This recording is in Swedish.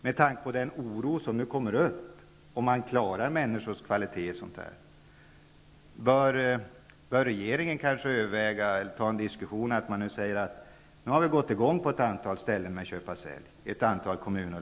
Med tanke på den oro som nu kommer fram om människor livskvalitet osv., bör regeringen diskutera en utvärdering av köpa--sälj-system i ett antal landsting och kommuner.